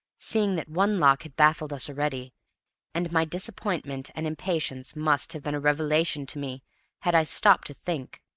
seeing that one lock had baffled us already and my disappointment and impatience must have been a revelation to me had i stopped to think.